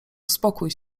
uspokój